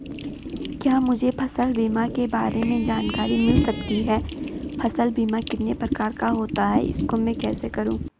क्या मुझे फसल बीमा के बारे में जानकारी मिल सकती है फसल बीमा कितने प्रकार का होता है इसको मैं कैसे करूँ?